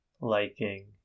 liking